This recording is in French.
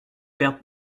perte